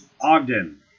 Ogden